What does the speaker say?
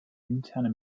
interne